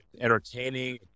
entertaining